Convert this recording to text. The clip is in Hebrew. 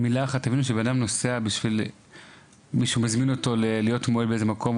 תבינו שבן-אדם נוסע בשביל מישהו שמזמין אותו להיות מוהל במקום כלשהו.